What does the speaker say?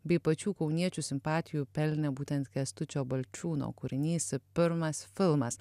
bei pačių kauniečių simpatijų pelnė būtent kęstučio balčiūno kūrinys pirmas filmas